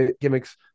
gimmicks